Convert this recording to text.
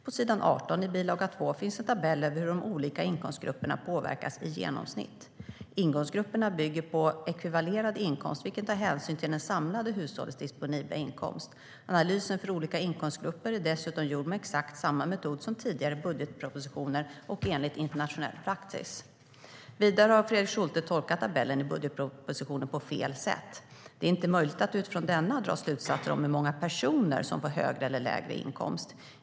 På s. 18 i bil. 2 finns en tabell över hur de olika inkomstgrupperna påverkas i genomsnitt. Inkomstgrupperna bygger på ekvivalerad inkomst, vilken tar hänsyn till det samlade hushållets disponibla inkomst. Analysen för olika inkomstgrupper är dessutom gjord med exakt samma metod som i tidigare budgetpropositioner och i enlighet med internationell praxis. Vidare har Fredrik Schulte tolkat tabellen i budgetpropositionen på fel sätt. Det är inte möjligt att utifrån denna dra slutsatser om hur många personer som får högre eller lägre inkomst.